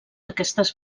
aquestes